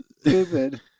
stupid